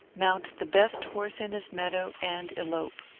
mount the best horse in his meadow, and elope.